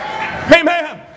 Amen